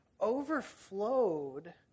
overflowed